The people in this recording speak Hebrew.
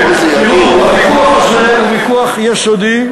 בכל מקרה, תראו, הוויכוח הזה הוא ויכוח יסודי,